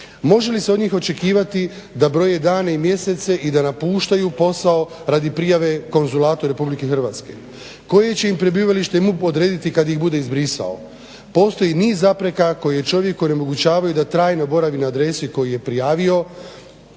Može li se od njih očekivati da broje dane i mjesece i da napuštaju posao radi prijave konzulatu Republike Hrvatske, koje će im prebivalište MUP odrediti kad ih bude izbrisao. Postoji niz zapreka koje čovjeku onemogućavaju da trajno boravi na adresi koju je prijavio